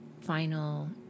final